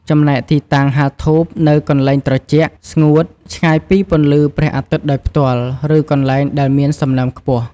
ចំណែកទីតាំងហាលធូបនៅកន្លែងត្រជាក់ ស្ងួត ឆ្ងាយពីពន្លឺព្រះអាទិត្យដោយផ្ទាល់ ឬកន្លែងដែលមានសំណើមខ្ពស់។